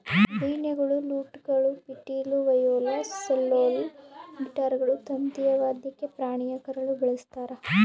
ವೀಣೆಗಳು ಲೂಟ್ಗಳು ಪಿಟೀಲು ವಯೋಲಾ ಸೆಲ್ಲೋಲ್ ಗಿಟಾರ್ಗಳು ತಂತಿಯ ವಾದ್ಯಕ್ಕೆ ಪ್ರಾಣಿಯ ಕರಳು ಬಳಸ್ತಾರ